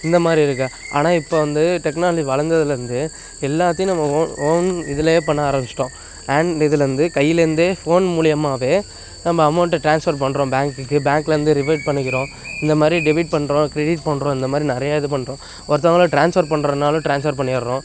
இந்த மாதிரி இருக்கு ஆனால் இப்போ வந்து டெக்னாலஜி வளர்ந்ததுலேருந்து எல்லாத்தையும் நம்ம ஒன் ஒன் இதுலையே பண்ண ஆரம்பிச்சிவிட்டோம் அண்ட் இதுலருந்து கையிலேர்ந்தே ஃபோன் மூலியமாகவே நம்ம அமௌண்ட்டை ட்ரான்ஸ்ஃபர் பண்ணுறோம் பேங்க்குக்கு பேங்க்லேர்ந்து ரிவில்ட் பண்ணிக்குறோம் இந்த மாதிரி டெபிட் பண்ணுறோம் க்ரெடிட் பண்ணுறோம் இந்த மாதிரி நிறையா இது பண்ணுறோம் ஒருத்தவங்களை ட்ரான்ஸ்ஃபர் பண்ணுறதுன்னாலும் ட்ரான்ஸ்ஃபர் பண்ணிடுறோம்